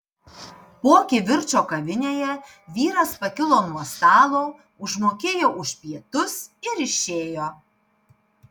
po kivirčo kavinėje vyras pakilo nuo stalo užmokėjo už pietus ir išėjo